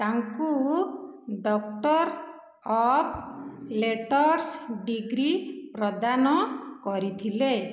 ତାଙ୍କୁ doctor of letters degree ପ୍ରଦାନ କରିଥିଲେ